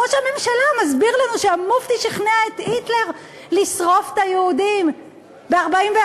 ראש הממשלה מסביר לנו שהמופתי שכנע את היטלר לשרוף את היהודים ב-1941,